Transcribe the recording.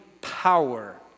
power